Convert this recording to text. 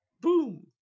boom